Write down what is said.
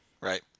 right